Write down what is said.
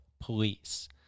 police